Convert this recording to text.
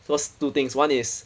cause two things one is